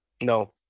no